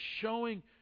showing